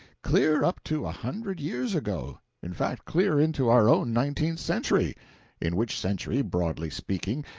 clear up to a hundred years ago in fact clear into our own nineteenth century in which century, broadly speaking,